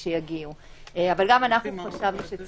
ואנחנו מאתרים בו כמה בעיות,